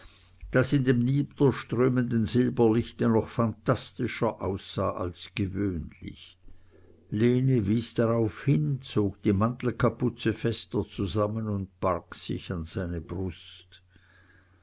das in dem niederströmenden silberlichte noch phantastischer aussah als gewöhnlich lene wies darauf hin zog die mantelkapuze fester zusammen und barg sich an seine brust